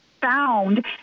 found